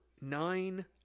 Nine